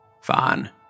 Fine